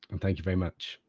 and thank you very much,